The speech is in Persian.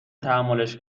تحملش